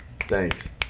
thanks